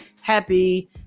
happy